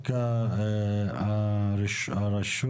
חוק הרשות